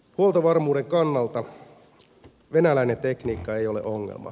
huoltovarmuuden kannalta venäläinen tekniikka ei ole ongelma